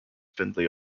findlay